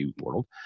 world